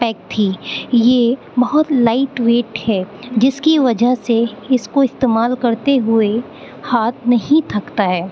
pack تھی یہ بہت لائٹ ویٹ ہے جس کی وجہ سے اس کو استعمال کرتے ہوئے ہاتھ نہیں تھکتا ہے